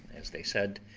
as they said,